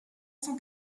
cent